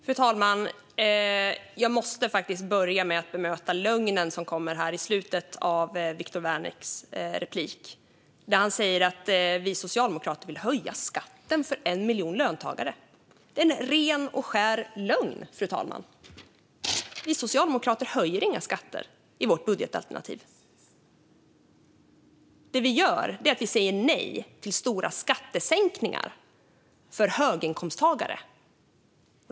Fru talman! Jag måste faktiskt börja med att bemöta lögnen som kom i slutet av Viktor Wärnicks replik. Han säger att vi socialdemokrater vill höja skatten för 1 miljon löntagare. Det är ren och skär lögn, fru talman. Vi socialdemokrater höjer inga skatter i vårt budgetalternativ. Det vi gör är att vi säger nej till stora skattesänkningar för höginkomsttagare.